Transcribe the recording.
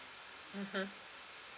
mmhmm